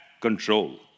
control